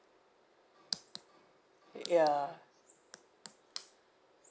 ya